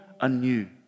anew